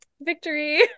victory